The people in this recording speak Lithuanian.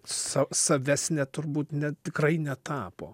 sa savesnė turbūt ne tikrai netapo